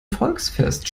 volksfest